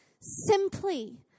simply